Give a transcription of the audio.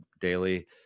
daily